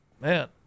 man